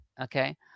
okay